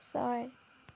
ছয়